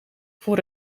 voor